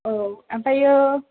औ ओमफ्रायो